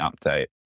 update